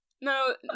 No